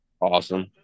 Awesome